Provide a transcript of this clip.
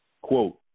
Quote